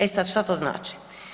E sad, što to znači?